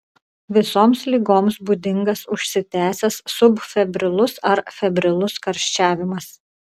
visoms ligoms būdingas užsitęsęs subfebrilus ar febrilus karščiavimas